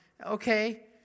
okay